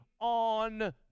on